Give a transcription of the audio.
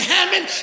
Hammond